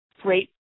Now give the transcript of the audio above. great